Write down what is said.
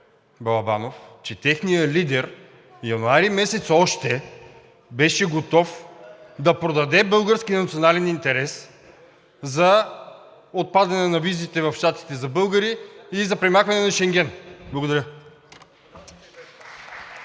Балабанов, че техният лидер още месец януари беше готов да продаде българския национален интерес за отпадане на визите в Щатите за българи и за премахване на Шенген. Благодаря.